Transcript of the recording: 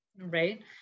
right